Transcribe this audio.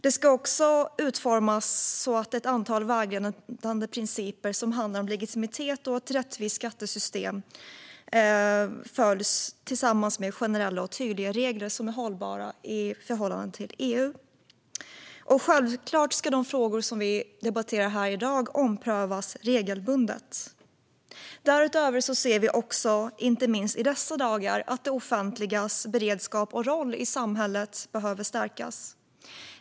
Den ska utformas så att man följer ett antal vägledande principer om legitimitet och ett rättvist skattesystem tillsammans med generella och tydliga regler som är hållbara i förhållande till EU. Självklart ska de frågor vi debatterar här i dag omprövas regelbundet. Därutöver ser vi också, inte minst i dessa dagar, att det offentligas beredskap och roll i samhället behöver stärkas.